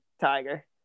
Tiger